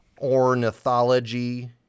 Ornithology